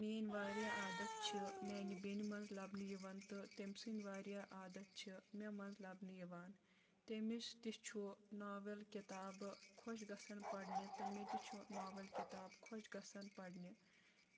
میٲنۍ واریاہ عادت چھِ میانہِ بیٚنہِ منٛز لَبنہٕ یِوان تہٕ تٔمۍ سٕنٛدۍ واریاہ عادت چھِ مےٚ منٛز لبنہٕ یِوان تٔمِس تہِ چھُ ناول کِتابہٕ خۄش گژھان پرنہِ تہٕ مےٚ تہِ چھُ ناو کِتاب خۄش گژھان پرنہِ